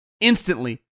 Instantly